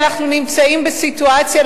אנחנו נמצאים בסיטואציה,